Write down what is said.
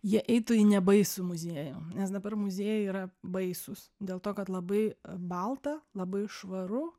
jie eitų į nebaisų muziejų nes dabar muziejai yra baisūs dėl to kad labai balta labai švaru